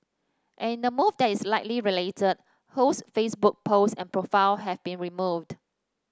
and in a move that is likely related Ho's Facebook post and profile have been removed